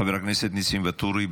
חבר הכנסת ניסים ואטורי,